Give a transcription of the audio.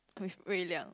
with Wei-Liang